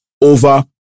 over